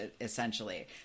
essentially